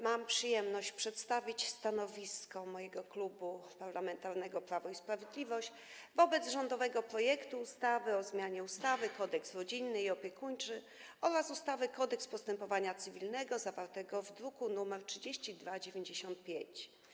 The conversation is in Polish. Mam przyjemność przedstawić stanowisko mojego Klubu Parlamentarnego Prawo i Sprawiedliwość wobec rządowego projektu ustawy o zmianie ustawy Kodeks rodzinny i opiekuńczy oraz ustawy Kodeks postępowania cywilnego, zawartego w druku nr 3295.